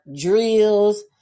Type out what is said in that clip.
drills